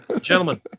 Gentlemen